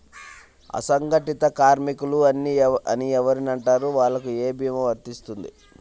అసంగటిత కార్మికులు అని ఎవరిని అంటారు? వాళ్లకు ఏ భీమా వర్తించుతుంది?